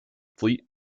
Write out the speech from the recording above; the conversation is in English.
fleet